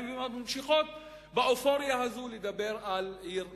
וממשיכות באופוריה הזאת לדבר על עיר מאוחדת.